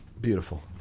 Beautiful